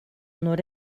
nord